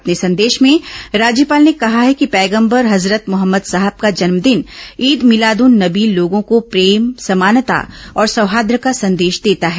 अपने संदेश में राज्यपाल ने कहा है कि पैगम्बर हजरत मोहम्मद साहब का जन्मदिन ईद मिलाद उन नबी लोगों को प्रेम समानता और सौहार्द्र का संदेश देता है